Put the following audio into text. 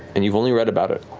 and you've only read about it